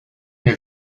have